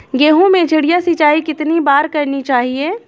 गेहूँ में चिड़िया सिंचाई कितनी बार करनी चाहिए?